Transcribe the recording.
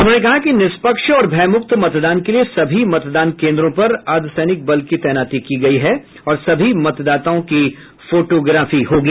उन्होंने कहा कि निष्पक्ष और भयमुक्त मतदान के लिये सभी मतदान केन्द्रों पर अर्द्वसैनिक बल की तैनाती की जायेगी और सभी मतदाताओं की फोटोग्राफी होगी